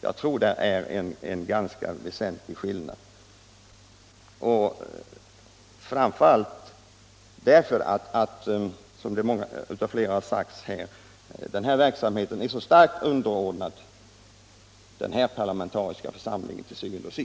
Jag tror det är en ganska väsentlig skillnad, framför allt därför att — som flera talare redan framhållit — verksamheten til syvende og sidst är så starkt underordnad den parlamentariska församlingen här.